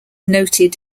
noted